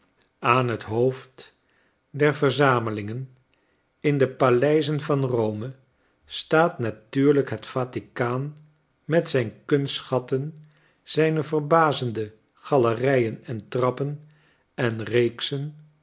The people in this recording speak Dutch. aan het hoofd der verzamelingen in de paleizen van ro me staat natuurlijk net vatikaan met zijne kunstschatten zijne verbazende galerijen en trappen en reeksen